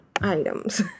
items